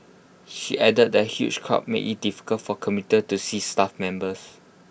she added that the huge crowd made IT difficult for commuters to see staff members